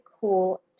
cool